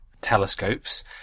telescopes